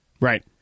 Right